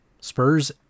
Spurs